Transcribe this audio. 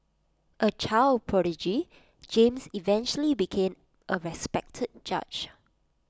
A child prodigy James eventually became A respected judge